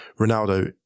Ronaldo